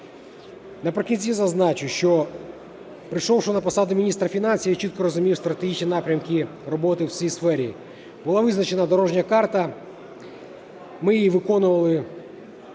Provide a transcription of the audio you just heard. Наприкінці зазначу, що прийшовши на посаду міністра фінансів, я чітко розумію стратегічні напрямки роботи в цій сфері. Була визначена дорожня карта, ми її виконували